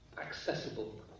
accessible